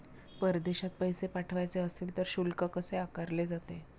परदेशात पैसे पाठवायचे असतील तर शुल्क कसे आकारले जाते?